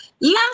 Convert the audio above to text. Last